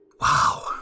Wow